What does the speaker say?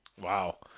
Wow